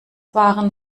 waren